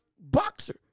boxer